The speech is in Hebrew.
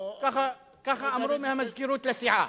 ככה אמרו מהמזכירות לסיעה.